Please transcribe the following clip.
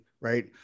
right